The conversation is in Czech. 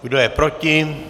Kdo je proti?